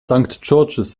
george’s